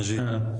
מג'יד.